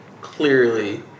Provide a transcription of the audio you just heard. clearly